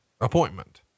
appointment